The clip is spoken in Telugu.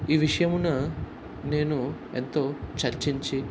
ఈ విషయమున నేను ఎంతో చర్చించి